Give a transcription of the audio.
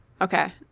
Okay